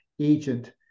agent